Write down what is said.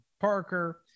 Parker